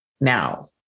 Now